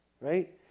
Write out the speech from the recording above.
right